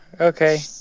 Okay